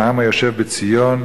העם היושב בציון,